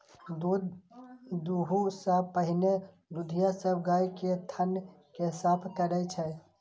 दूध दुहै सं पहिने दुधिया सब गाय के थन कें साफ करै छै